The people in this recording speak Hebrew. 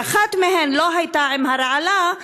ואחת מהן לא הייתה עם רעלה,